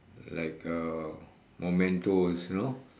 like uh mementos you know